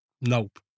nope